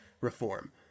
reform